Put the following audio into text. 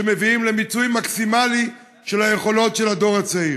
שמביאים למיצוי מקסימלי של היכולות של הדור הצעיר.